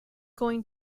going